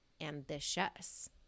ambitious